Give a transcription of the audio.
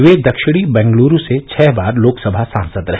वे दक्षिणी बंगलूरू से छह बार लोकसभा सांसद रहे